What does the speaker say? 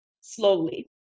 slowly